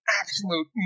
absolute